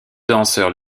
danseurs